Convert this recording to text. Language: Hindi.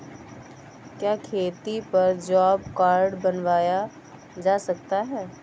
क्या खेती पर जॉब कार्ड बनवाया जा सकता है?